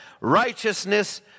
righteousness